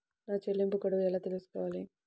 నా చెల్లింపు గడువు ఎలా తెలుసుకోవాలి?